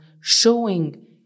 showing